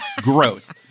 Gross